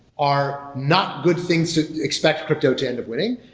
are not good things to expect crypto to end up winning.